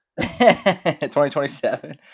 2027